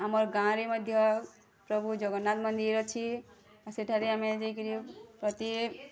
ଆମର୍ ଗାଁରେ ମଧ୍ୟ ପ୍ରଭୁ ଜଗନ୍ନାଥ ମନ୍ଦିର୍ ଅଛି ସେଠାରେ ଆମେ ଯେଇକିରି ପ୍ରତି